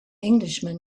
englishman